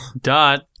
Dot